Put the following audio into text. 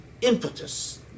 impetus